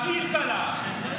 למזבלה.